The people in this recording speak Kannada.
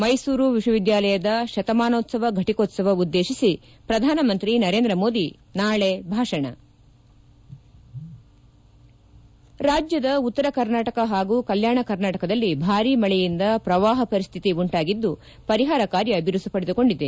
ಮೈಸೂರು ವಿಶ್ವವಿದ್ಯಾಲಯದ ಶತಮಾನೋತ್ವವ ಘಟಕೋತ್ವವ ಉದ್ದೇಶಿಸಿ ಪ್ರಧಾನಮಂತ್ರಿ ನರೇಂದ್ರ ಮೋದಿ ನಾಳೆ ಭಾಷಣ ರಾಜ್ಯದ ಉತ್ತರ ಕರ್ನಾಟಕ ಹಾಗೂ ಕಲ್ನಾಣ ಕರ್ನಾಟಕದಲ್ಲಿ ಬಾರೀ ಮಳೆಯಿಂದ ಪ್ಪವಾಪ ಪರಿಸಿತಿ ಉಂಟಾಗಿದು ಪರಿಪಾರ ಕಾರ್ಯ ಬಿರುಸು ಪಡೆದುಕೊಂಡಿದೆ